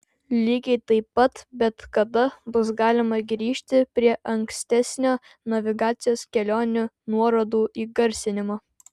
lygiai taip pat bet kada bus galima grįžti prie ankstesnio navigacijos kelionių nuorodų įgarsinimo